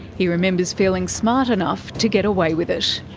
he remembers feeling smart enough to get away with it.